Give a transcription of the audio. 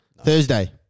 Thursday